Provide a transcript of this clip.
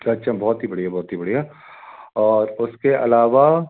अच्छा अच्छा बहुत ही बढ़िया बहुत ही बढ़िया और उसके अलावा